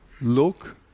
look